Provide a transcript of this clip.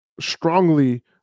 strongly